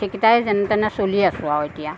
সেই কেইটাই যেনেতেনে চলি আছোঁ আৰু এতিয়া